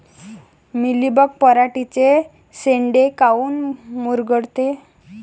Mealybug पराटीचे चे शेंडे काऊन मुरगळते?